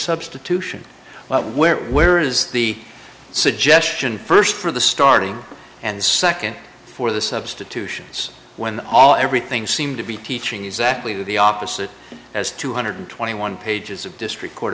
substitution but where where is the suggestion first for the starting and second for the substitution when all everything seemed to be teaching exactly the opposite as two hundred twenty one pages of district court